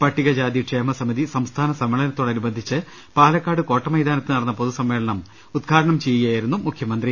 പട്ടികജാതി ക്ഷേമ സമിതി സംസ്ഥാന സമ്മേളനത്തോടനുബന്ധിച്ച് പാലക്കാട് കോട്ടമൈതാനത്ത്നടന്ന പൊതുസമ്മേളനം ഉദ്ഘാടനം ചെയ്യുകയായിരുന്നു മുഖ്യമന്ത്രി